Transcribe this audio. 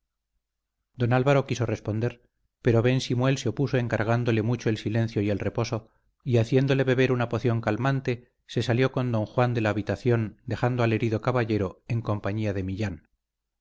don álvaro quiso responder pero ben simuel se opuso encargándole mucho el silencio y el reposo y haciéndole beber una poción calmante se salió con don juan de la habitación dejando al herido caballero en compañía de millán